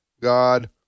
God